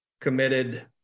committed